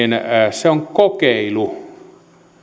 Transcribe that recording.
se on kokeilu